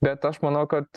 bet aš manau kad